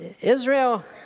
Israel